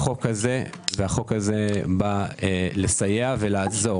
החוק הזה בא לסייע ולעזור.